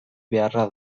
beharra